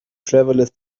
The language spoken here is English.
travelers